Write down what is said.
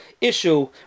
issue